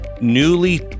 newly